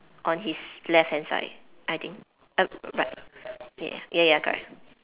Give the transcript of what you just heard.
on his left hand side I think err right ya ya ya ya correct